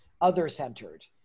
other-centered